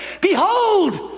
Behold